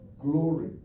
glory